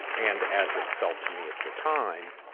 and as it fell to me at the time,